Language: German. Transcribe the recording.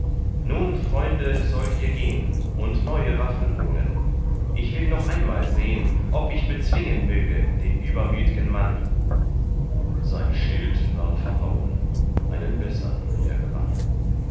nun freunde sollt ihr gehn und neue waffen holen ich will noch einmal sehn ob ich bezwingen möge den übermütgen mann sein schild war verhauen einen bessern er gewann